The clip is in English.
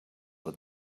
what